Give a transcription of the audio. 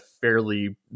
fairly